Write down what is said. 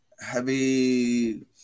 heavy